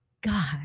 God